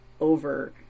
over